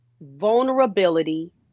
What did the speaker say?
vulnerability